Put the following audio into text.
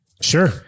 Sure